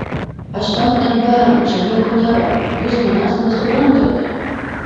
aš ten nba čia nieko nėra jūs manęs nesuprantate